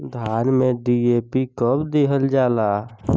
धान में डी.ए.पी कब दिहल जाला?